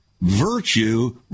virtue